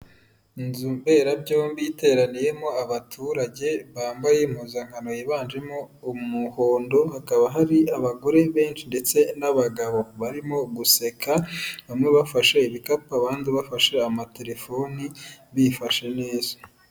Inzu mberabyombi iteraniyemo abaturage bambaye impuzankano yiganjemo umuhondo, hakaba hari abagore benshi ndetse n'abagabo barimo guseka, bamwe bafashe ibikapu abandi bafashe amatelefoni bifashe neza.